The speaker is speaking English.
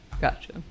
Gotcha